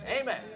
Amen